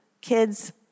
kids